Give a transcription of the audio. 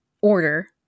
order